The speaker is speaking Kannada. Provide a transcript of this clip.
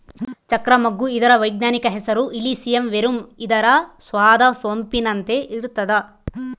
ಚಕ್ರ ಮಗ್ಗು ಇದರ ವೈಜ್ಞಾನಿಕ ಹೆಸರು ಇಲಿಸಿಯಂ ವೆರುಮ್ ಇದರ ಸ್ವಾದ ಸೊಂಪಿನಂತೆ ಇರ್ತಾದ